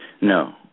No